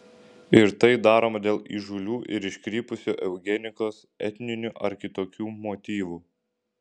ir tai daroma dėl įžūlių ir iškrypusių eugenikos etninių ar kitokių motyvų